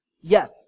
Yes